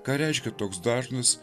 ką reiškia toks dažnas